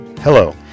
Hello